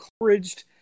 encouraged